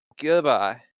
goodbye